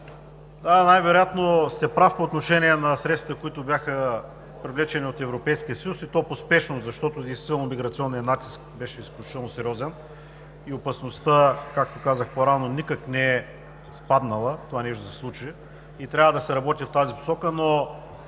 най-вероятно сте прав по отношение на средствата, които бяха привлечени от Европейския съюз, и то по спешност, защото действително миграционният натиск беше изключително сериозен и опасността, както казах по-рано, никак не е спаднала и трябва да се работи в тази посока.